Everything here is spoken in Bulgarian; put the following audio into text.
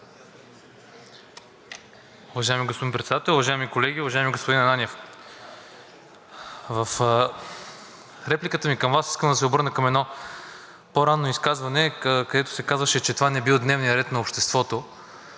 Уважаеми господин Председател, уважаеми колеги! Уважаеми господин Ананиев, в репликата ми към Вас искам да се обърна към едно по-ранно изказване, където се казваше, че това не бил дневният ред на обществото.